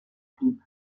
equip